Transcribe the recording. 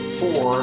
four